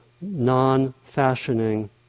non-fashioning